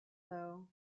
though